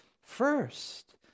first